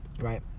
right